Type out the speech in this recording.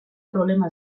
problema